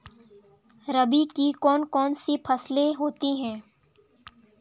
रबी की कौन कौन सी फसलें होती हैं?